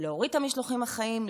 להוריד את המשלוחים החיים,